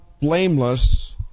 blameless